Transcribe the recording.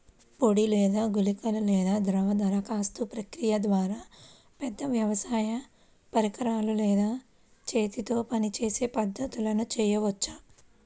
పొడి లేదా గుళికల లేదా ద్రవ దరఖాస్తు ప్రక్రియల ద్వారా, పెద్ద వ్యవసాయ పరికరాలు లేదా చేతితో పనిచేసే పద్ధతులను చేయవచ్చా?